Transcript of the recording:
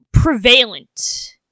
prevalent